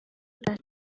that